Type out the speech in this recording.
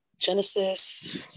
Genesis